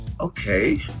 okay